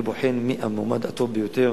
אני בוחן מי המועמד הטוב ביותר.